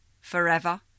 forever